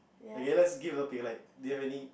okay let's give a pick like do you have any